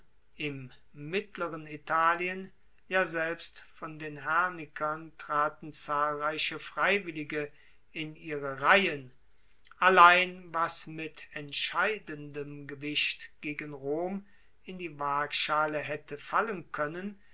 im mittleren italien ja selbst von den hernikern traten zahlreiche freiwillige in ihre reihen allein was mit entscheidendem gewicht gegen rom in die waagschale haette fallen koennen